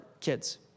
kids